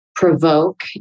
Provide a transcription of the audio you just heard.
provoke